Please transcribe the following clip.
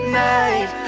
night